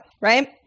right